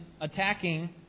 attacking